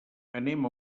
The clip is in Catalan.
anem